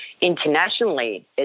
internationally